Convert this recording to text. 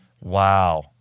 Wow